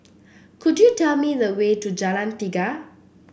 could you tell me the way to Jalan Tiga